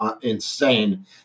insane